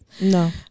No